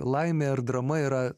laimė ar drama yra